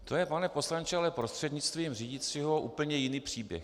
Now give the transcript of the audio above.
To je ale pane poslanče, prostřednictvím řídícího, úplně jiný příběh.